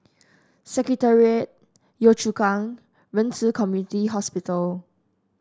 Secretariat Yio Chu Kang Ren Ci Community Hospital